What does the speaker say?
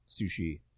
sushi